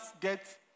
get